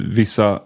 vissa